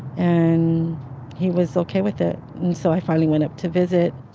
and he was okay with it. and so i finally went up to visit.